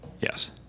Yes